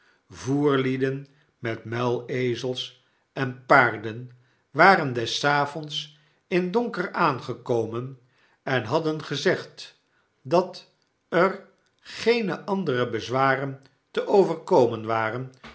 voerlieden met muilezels en paarden waren des avonds in donker aangekomen en hadden gezegd dat er geene andere bezwaren te overkomen waren